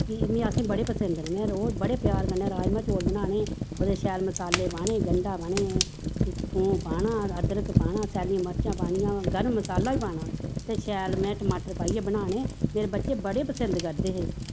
की असें बड़े पसिंद न में रोज़ बड़े प्यार कन्नै राजमा चौल बनाने बड़े शैल मसाले पाने गंढा पाना थूम पाना अदरक पाना सैलियां मर्चां पानियां गर्म मसाला बी पाना ते शैल में टमाटर पाइयै बनाने मेरे बच्चे बड़े पसिंद करदे हे